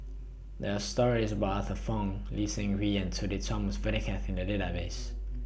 There Are stories about Arthur Fong Lee Seng Wee and Sudhir Thomas Vadaketh in The Database